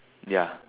ya